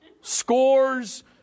scores